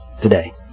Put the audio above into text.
today